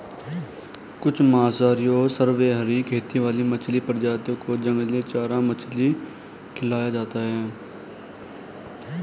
कुछ मांसाहारी और सर्वाहारी खेती वाली मछली प्रजातियों को जंगली चारा मछली खिलाया जाता है